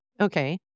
Okay